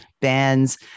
bands